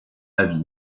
avis